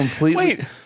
Wait